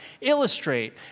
illustrate